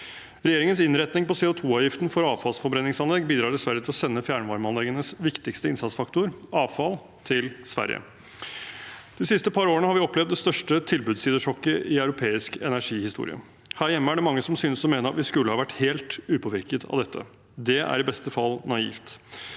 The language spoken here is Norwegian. Regjeringens innretning på CO2-avgiften for avfallsforbrenningsanlegg bidrar dessverre til å sende fjernvarmeanleggenes viktigste innsatsfaktor, avfall, til Sverige. De siste par årene har vi opplevd det største tilbudssidesjokket i europeisk energihistorie. Her hjemme er det mange som synes å mene at vi skulle ha vært helt upåvirket av dette. Det er i beste fall naivt.